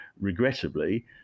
regrettably